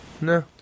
No